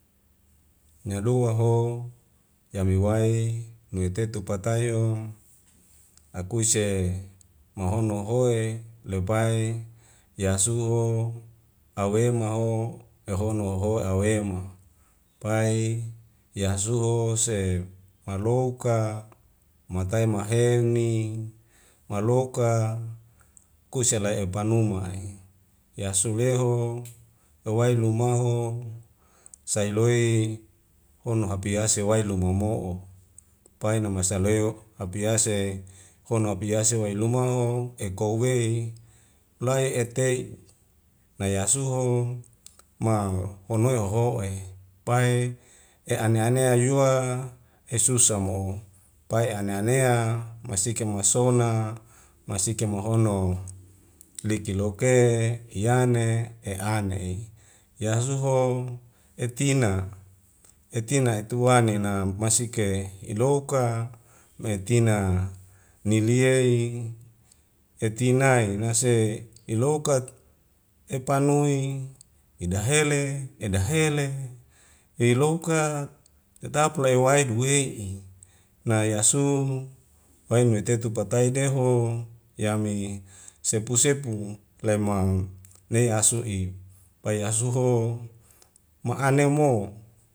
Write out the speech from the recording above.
Nyadoa ho yami wae ngetetu patai o akuise mahono hoe lepai yasuho awema ho yahono hoho'e awema pai ya'suho se malouk ka matai maheni maloka kusa lae epanoma e yasuleho wawai lumaho sailoi hono hapiase wailuma mo'o pai numa saleu apiase he hono hapiase wailumo hoho ekowie laietei nai asuho ma honoe hoho'e pai e'ane anea yua esusa mo pae ane anea masike masona masike mahono litiloke yane e'ane'i yasuho etina etina etuanena masike ilouk ka metina niliei etinae nase iloka epanoi idahele edahele ilouka tetap laiwai duwe'i nai asu wai metetu patai deho yami sepu sepu laimau ne asu'i pai asuho ma'ane mo